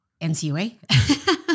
NCUA